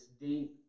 deep